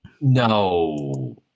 No